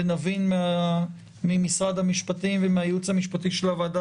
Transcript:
נבין ממשרד המשפטים והייעוץ המשפטי של הוועדה